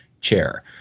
chair